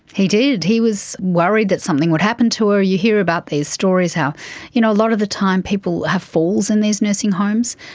he did, he was worried that something would happen to her. you hear about these stories, how you know a lot of the time people have falls in these nursing homes,